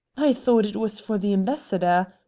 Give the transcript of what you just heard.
i thought it was for the ambassador!